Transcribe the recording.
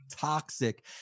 toxic